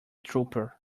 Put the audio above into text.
trooper